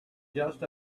just